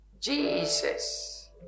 Jesus